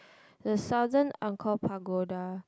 the Southern Angkor Pagoda